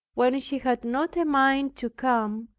when she had not a mind to come,